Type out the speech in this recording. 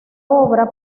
obra